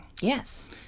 Yes